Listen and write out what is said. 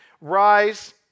Rise